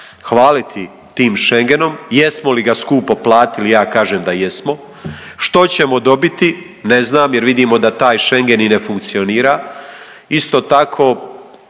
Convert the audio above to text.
hvaliti tim Schengen, jesmo li ga skupo platili, ja kažem da jesmo. Što ćemo dobiti, ne znam jer vidimo da taj Schengen i ne funkcionira. Isto tako